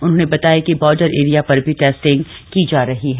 उन्होंने बताया कि बॉर्डर एरिया पर भी टेस्टिंग की जा रही है